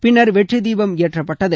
பின்னர் வெற்றி தீபம் ஏற்றப்பட்டது